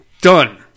Done